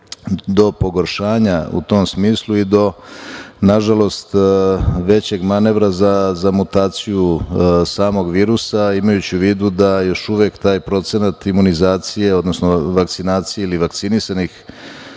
do pogoršanja u tom smislu i do nažalost većeg manevra za mutaciju samog virusa imajući u vidu da još uvek taj procenat imunizacije, odnosno vakcinacije ili vakcinisanih